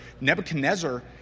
Nebuchadnezzar